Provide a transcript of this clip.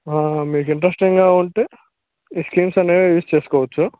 మీకు ఇంటరెస్టింగ్గా ఉంటే ఈ స్కీమ్స్ అనేవి యూజ్ చేసుకోవచ్చు